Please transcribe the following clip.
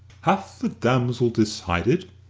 hath the damsel decided?